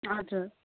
हजुर